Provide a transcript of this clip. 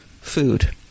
food